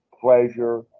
pleasure